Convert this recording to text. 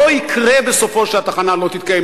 לא יקרה בסופו שהתחנה לא תתקיים,